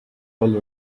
all